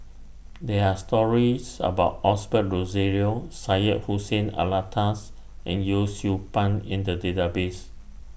There Are stories about Osbert Rozario Syed Hussein Alatas and Yee Siew Pun in The Database